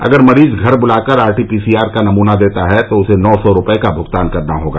अगर मरीज घर बुलाकर आरटीपीसीआर का नमूना देता है तो उसे नौ सौ रूपये का भूगतान करना होगा